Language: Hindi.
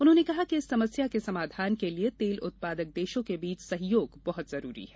उन्होंने कहा कि इस समस्या के समाधान के लिए तेल उत्पादक देशों के बीच सहयोग बहुत जरूरी है